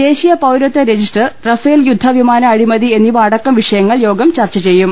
ദേശീയപൌരത്വര ജിസ്റ്റർ റഫേൽ യുദ്ധവിമാന അഴിമതി ്എന്നിവ അടക്കം വിഷയ ങ്ങൾ യോഗം ചർച്ച ചെയ്യും